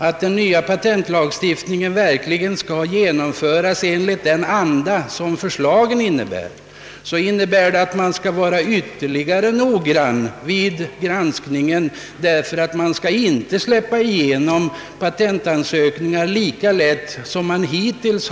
Skulle den nya patentlagstiftningen verkligen genomföras i den anda som förslaget innebär kommer ännu större noggrannhet att krävas vid granskningen, eftersom patentansökningar då inte kan släppas igenom lika lätt som hittills.